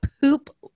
poop